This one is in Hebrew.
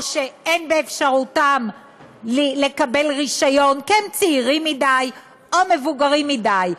או שאין באפשרותם לקבל רישיון כי הם צעירים מדי או מבוגרים מדי?